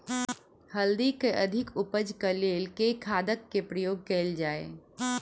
हल्दी केँ अधिक उपज केँ लेल केँ खाद केँ प्रयोग कैल जाय?